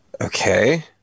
Okay